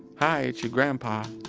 hi, it's your grandpa.